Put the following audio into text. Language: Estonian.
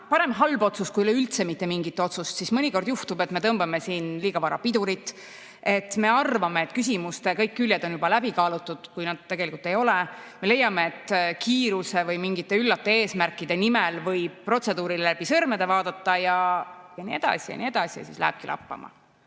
parem halb otsus kui üleüldse mitte mingit otsust, siis mõnikord juhtub, et me tõmbame liiga vara pidurit. Me arvame, et küsimuste kõik küljed on juba läbi kaalutud, kuigi tegelikult ei ole. Me leiame, et kiiruse või mingite üllaste eesmärkide nimel võib protseduurile läbi sõrmede vaadata ja nii edasi, ja nii edasi. Ja siis lähebki lappama.